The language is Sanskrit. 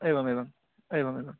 एवमेवम् एवमेवं